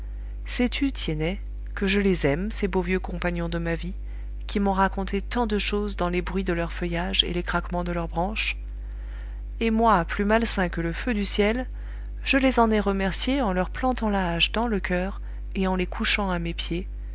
sais-tu tiennet que je les aime ces beaux vieux compagnons de ma vie qui m'ont raconté tant de choses dans les bruits de leurs feuillages et les craquements de leurs branches et moi plus malsain que le feu du ciel